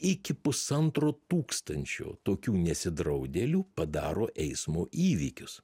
iki pusantro tūkstančio tokių nesidraudėlių padaro eismo įvykius